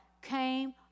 came